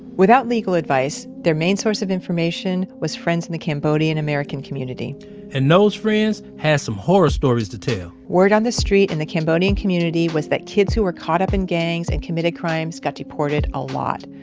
without legal advice, their main source of information was friends in the cambodian american community and those friends had some horror stories to tell word on the street in the cambodian community was that kids who were caught up in gangs and committed crimes got deported a lot.